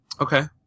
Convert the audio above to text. Okay